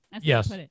yes